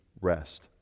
rest